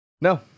No